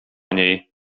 niej